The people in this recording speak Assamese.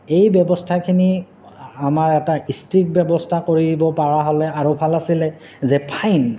এই ব্যৱস্থাখিনি আমাৰ এটা ষ্ট্ৰিক্ট ব্যৱস্থা কৰিবপৰা হ'লে আৰু ভাল আছিলে যে ফাইন